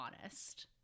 honest